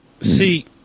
See